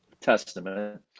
Testament